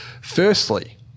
Firstly